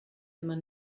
immer